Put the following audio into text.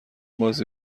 بازی